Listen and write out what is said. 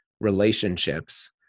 relationships